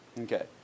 Okay